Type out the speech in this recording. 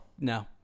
no